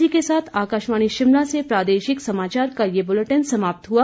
इसी के साथ आकाशवाणी शिमला से प्रादेशिक समाचार का ये बुलेटिन समाप्त हुआ